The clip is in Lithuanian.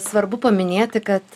svarbu paminėti kad